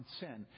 sin